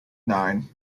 nine